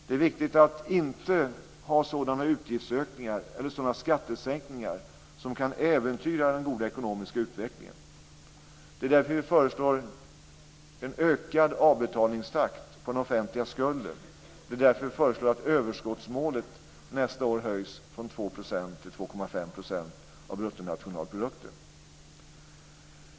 Det är viktigt att inte ha sådana utgiftsökningar eller sådana skattesänkningar som kan äventyra den goda ekonomiska utvecklingen. Det är därför vi föreslår en ökad avbetalningstakt på den offentliga skulden. Det är därför vi föreslår att överskottsmålet nästa år höjs från 2 % till 2,5 % av bruttonationalprodukten.